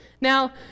Now